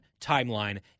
timeline